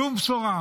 שום בשורה.